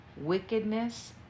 wickedness